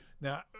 Now